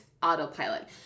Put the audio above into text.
Autopilot